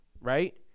right